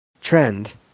trend